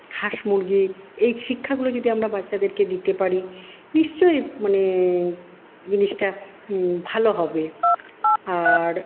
হাঁস মুরগি এই শিক্ষাগুলো যদি আমরা বাচ্চাদেরকে দিতে পারি নিশ্চয়ই মানে জিনিসটা ভালো হবে আর